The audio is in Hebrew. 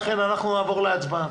נעבור להצבעה.